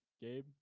Gabe